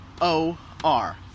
O-R